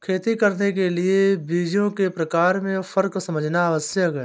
खेती करने के लिए बीजों के प्रकार में फर्क समझना आवश्यक है